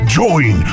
join